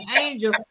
angel